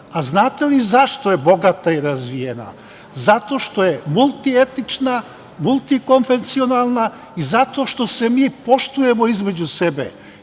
Znate li zašto je bogata i razvijena? Zato što je multietična, multikonvencionalna i zato što se mi poštujemo između sebe. Ja